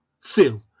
Phil